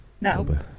No